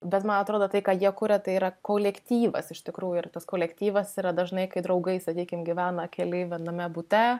bet man atrodo tai ką jie kuria tai yra kolektyvas iš tikrųjų ir tas kolektyvas yra dažnai kai draugai sakykim gyvena keli viename bute